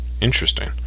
Interesting